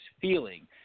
feeling